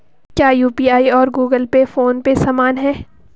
क्या यू.पी.आई और Google Pay PhonePe समान हैं?